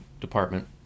department